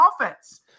offense